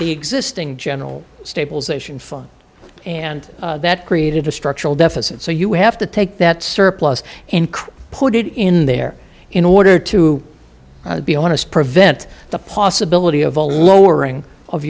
the existing general stabilization fund and that created a structural deficit so you have to take that surplus increase put it in there in order to be honest prevent the possibility of a lowering of